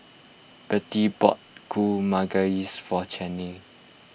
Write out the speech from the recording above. Bertie bought Kuih Manggis for Chaney